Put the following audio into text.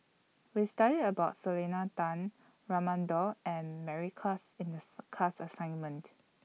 We studied about Selena Tan Raman Daud and Mary Klass in The class assignment